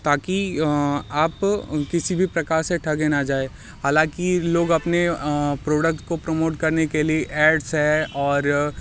ताकि आप किसी भी प्रकार से ठगे ना जाएँ हालाँकि लोग अपने प्रोडक्ट को प्रमोट करने के लिए ऐडस हैं और